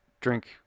drink